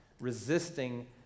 resisting